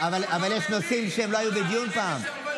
אבל יש נושאים שלא היו בדיון פעם.